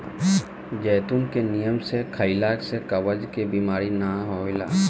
जैतून के नियम से खइला से कब्ज के बेमारी नाइ होला